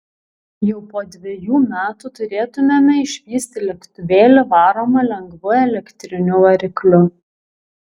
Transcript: jau po dviejų metų turėtumėme išvysti lėktuvėlį varomą lengvu elektriniu varikliu